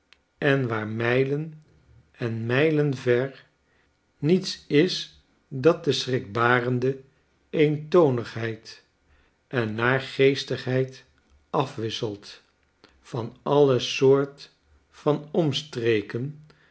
en waar mijlen en mijlen ver niets is dat de schrikbarende eentonigheid en naargeestigheid afwisselt yan alle soort van omstreken